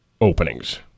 openings